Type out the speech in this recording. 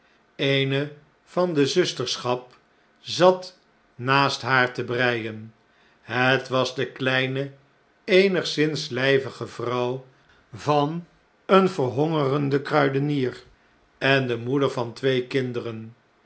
eene van de zusterschap zat naast haar te breien het was de kleine eenigszins lpige vrouw van een verhongerenden kruidenier en de moeder van twee kinderen